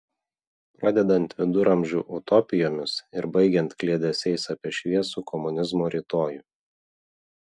pradedant viduramžių utopijomis ir baigiant kliedesiais apie šviesų komunizmo rytojų